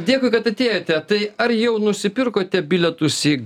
dėkui kad atėjote tai ar jau nusipirkote bilietus į